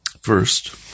First